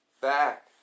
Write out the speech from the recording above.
back